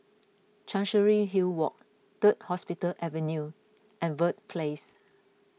Chancery Hill Walk Third Hospital Avenue and Verde Place